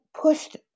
pushed